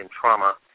trauma